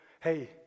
hey